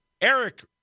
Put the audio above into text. Eric